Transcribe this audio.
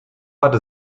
hatte